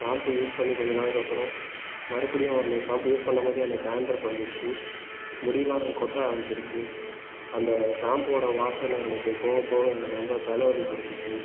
shampoo use பண்ணி கொஞ்ச நாளுக்கு அப்புறம் மறுபடியும் அந்த ஷாம்பை யூஸ் பண்ணும் போது எனக்கு டேன்ட்ரஃப் வந்துடுச்சி முடிலாம் கொட்ட ஆரம்பிச்சுருச்சு அந்த ஷாம்புவோடய வாசனை எனக்கு போக போக எனக்கு ரொம்ப தலைவலி கொடுத்துச்சு